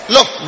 Look